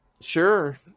Sure